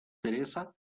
theresa